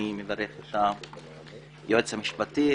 אני מברך את היועץ המשפטי,